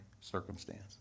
circumstance